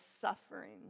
suffering